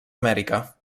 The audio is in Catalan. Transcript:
amèrica